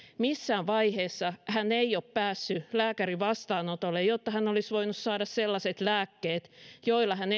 missään vaiheessa hän ei ole päässyt lääkärin vastaanotolle jotta hän olisi voinut saada sellaiset lääkkeet joilla hän